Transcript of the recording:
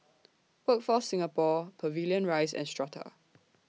Workforce Singapore Pavilion Rise and Strata